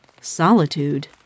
Solitude